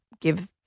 give